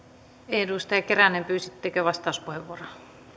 edustaja keränen pyysittekö vastauspuheenvuoron arvoisa